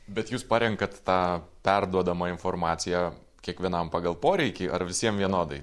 bet jūs parenkat tą perduodamą informaciją kiekvienam pagal poreikį ar visiem vienodai